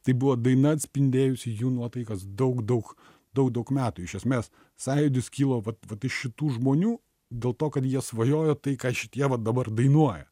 tai buvo daina atspindėjusi jų nuotaikas daug daug daug daug metų iš esmės sąjūdis kilo vat vat iš šitų žmonių dėl to kad jie svajojo tai ką šitie vat dabar dainuoja